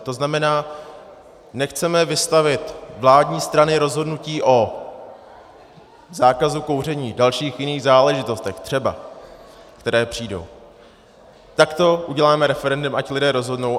To znamená, nechceme vystavit vládní strany rozhodnutí o zákazu kouření, dalších jiných záležitostech třeba, které přijdou, tak to uděláme referendem, ať lidé rozhodnou.